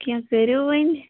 کیٚنٛہہ کٔرِو وۄنۍ